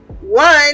one